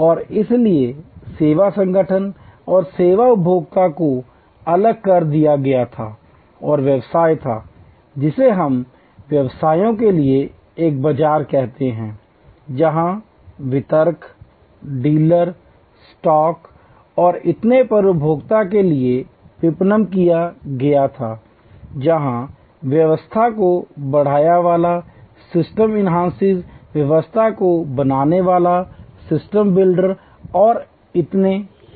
और इसलिए सेवा संगठन और सेवा उपभोक्ताओं को अलग कर दिया गया था और व्यवसाय था जिसे हम व्यवसायों के लिए बाजार कहते हैं जहां वितरक डीलर स्टॉक और इतने पर उपभोक्ता के लिए विपणन किया गया था जहां व्यवस्था को बढ़ाने वाला व्यवस्था को बनानेवाला और इतने पर